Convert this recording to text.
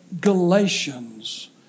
Galatians